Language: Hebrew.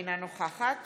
אינה נוכחת